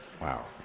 Wow